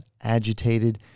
agitated